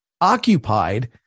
occupied